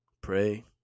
pray